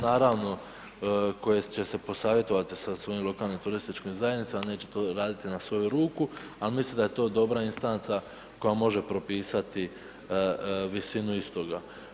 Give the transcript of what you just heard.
Naravno, koje će se posavjetovati sa svojim lokalnim turističkim zajednicama, neće to raditi na svoju ruku, ali mislim da je to dobra instanca koja može propisati visinu istoga.